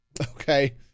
okay